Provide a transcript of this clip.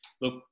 look